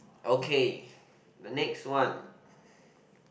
okay the next one